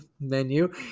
menu